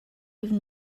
even